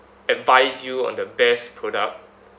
advise you on the best product